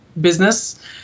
business